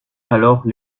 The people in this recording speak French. alors